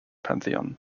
pantheon